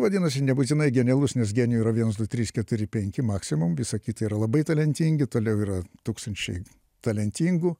vadinasi nebūtinai genialus nes genijų yra viens du trys keturi penki maksimum visa kita yra labai talentingi toliau yra tūkstančiai talentingų